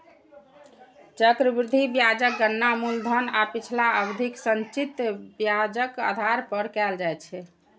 चक्रवृद्धि ब्याजक गणना मूलधन आ पिछला अवधिक संचित ब्याजक आधार पर कैल जाइ छै